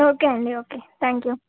okay అండి okay thank you